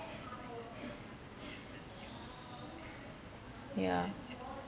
yeah